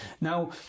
Now